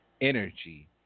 energy